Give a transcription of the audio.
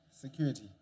security